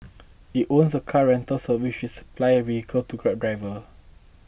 it owns a car rental service which supplies vehicles to grab drivers